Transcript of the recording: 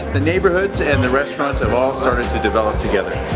the neighbourhoods and the restaurants have all started to develop together.